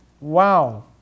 Wow